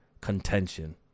contention